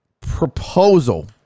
proposal